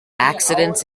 accidents